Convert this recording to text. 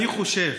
אני חושב